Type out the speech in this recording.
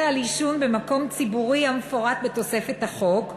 לעשן במקום ציבורי המפורט בתוספת לחוק.